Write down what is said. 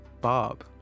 Bob